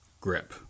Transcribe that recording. grip